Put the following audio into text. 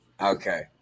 Okay